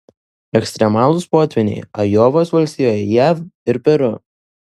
ekstremalūs potvyniai ajovos valstijoje jav ir peru